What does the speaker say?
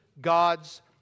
God's